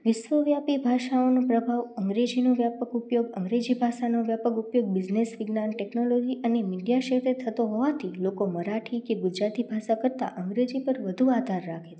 વિશ્વવ્યાપી ભાષાઓનું પ્રભાવ અંગ્રેજીનો વ્યાપક ઉપયોગ અંગ્રેજી ભાષાનો વ્યાપક ઉપયોગ બીજનેસ વિજ્ઞાન ટેકનોલોજી અને મીડિયા ક્ષેત્રે થતો હોવાથી લોકો મરાઠી કે ગુજરાતી ભાષા કરતાં અંગ્રેજી પર વધુ આધાર રાખે છે